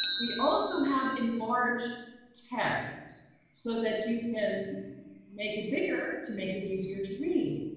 we also have enlarge text so that you can make it bigger to make it easier to read.